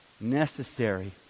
necessary